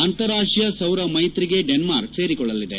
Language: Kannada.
ಅಂತಾರಾಷ್ಟೀಯ ಸೌರ ಮೈತ್ರಿಗೆ ಡೆನ್ನಾರ್ಕ್ ಸೇರಿಕೊಳ್ಳಲಿದೆ